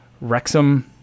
Wrexham